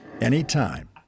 anytime